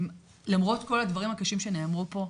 למרות כל הדברים הקשים שנאמרו פה,